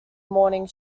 morning